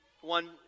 one